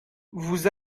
vous